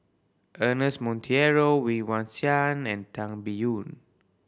Ernest Monteiro Woon Wah Siang and Tan Biyun